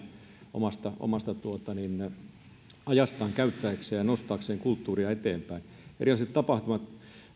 omasta omasta ajastaan käyttääkseen ja nostaakseen kulttuuria eteenpäin